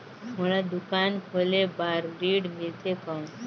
मोला दुकान खोले बार ऋण मिलथे कौन?